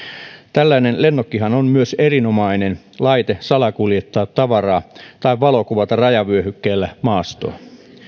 tällainen lennokkihan on myös erinomainen laite salakuljettaa tavaraa tai valokuvata rajavyöhykkeellä maastoa